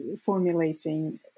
formulating